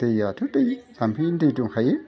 दैयाथ' दै जामफैनि दै दंखायो